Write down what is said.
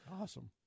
Awesome